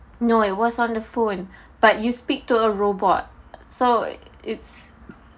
no it was on the phone but you speak to a robot so it's